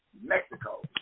mexico